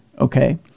okay